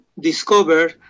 discover